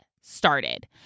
started